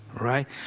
right